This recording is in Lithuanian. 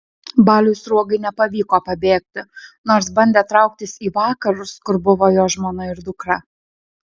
baliui sruogai nepavyko pabėgti nors bandė trauktis į vakarus kur buvo jo žmona ir dukra